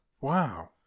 Wow